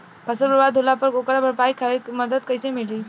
फसल बर्बाद होला पर ओकर भरपाई खातिर मदद कइसे मिली?